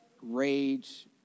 rage